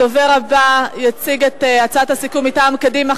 הדובר הבא יציג את הצעת הסיכום מטעם קדימה.